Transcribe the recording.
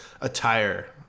attire